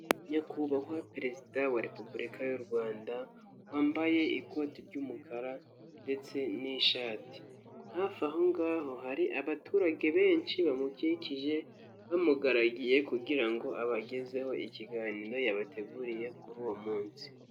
Nyakubahwa perezida wa Repubulika y'u Rwanda wambaye ikoti ry'umukara ndetse n'ishati, hafi aho ngaho hari abaturage benshi bamukikije bamugaragiye kugira ngo abagezeho ikiganiro yabateguriye kuri uwo munsi.